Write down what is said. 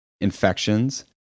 infections